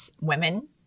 women